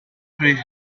quite